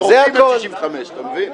לרואי חשבון אין 65. אתה מבין?